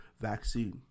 vaccine